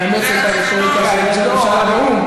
מאמץ את הרטוריקה של ראש הממשלה באו"ם.